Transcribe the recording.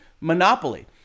monopoly